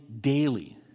daily